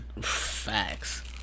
Facts